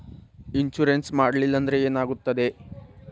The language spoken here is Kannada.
ಇನ್ಶೂರೆನ್ಸ್ ಮಾಡಲಿಲ್ಲ ಅಂದ್ರೆ ಏನಾಗುತ್ತದೆ?